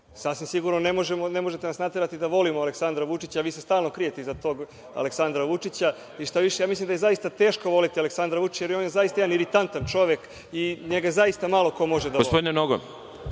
Sasvim sigurno ne možete nas naterati da volimo Aleksandra Vučića, a vi se stalno krijete iza tog Aleksandra Vučića. Šta više, ja mislim da je zaista teško voleti Aleksandra Vučića, jer je on zaista jedan iritantan čovek i njega zaista malo ko može da voli